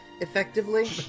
effectively